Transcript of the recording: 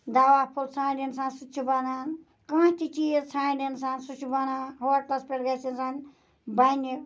دَوَا پھوٚل ژھانٛڈِ اِنسان سُتہِ چھُ بَنان کانٛہہ تہِ چیٖز ژھانٛڈِ اِنسان سُہ چھُ بَنان ہوٹلَس پیٹھ گَژھِ اِنسان بَنہِ